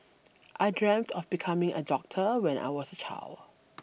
I dreamt of becoming a doctor when I was a child